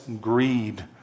greed